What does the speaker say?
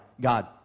God